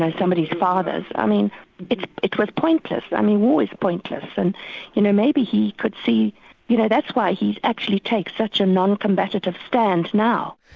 somebody's father. i mean it it was pointless. i mean war is pointless, and you know maybe he could see you know that's why he actually takes such a non-combatitive stand now.